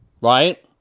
Right